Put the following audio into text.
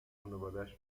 خانوادش